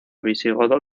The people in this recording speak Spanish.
visigodo